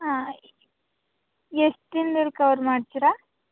ಹಾಂ ಎಷ್ಟು ದಿನದಲ್ಲಿ ಕವರ್ ಮಾಡ್ತೀರಾ